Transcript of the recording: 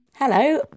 Hello